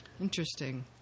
Interesting